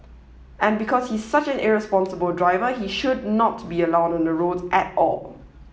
and because he's such an irresponsible driver he should not be allowed on the roads at all